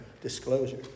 disclosure